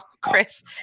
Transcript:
Chris